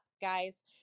guys